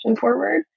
forward